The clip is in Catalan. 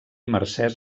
mercès